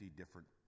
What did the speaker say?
different